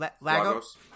Lagos